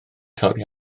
torri